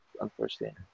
unfortunately